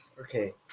Okay